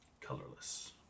colorless